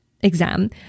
exam